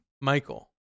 Michael